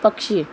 पक्षी